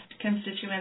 constituents